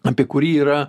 apie kurį yra